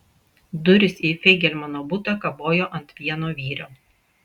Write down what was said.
durys į feigelmano butą kabojo ant vieno vyrio